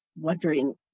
wondering